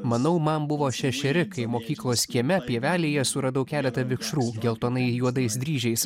manau man buvo šešeri kai mokyklos kieme pievelėje suradau keletą vikšrų geltonai juodais dryžiais